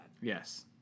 Yes